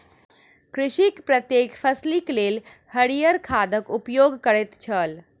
कृषक प्रत्येक फसिलक लेल हरियर खादक उपयोग करैत छल